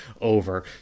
over